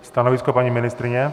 Stanovisko paní ministryně?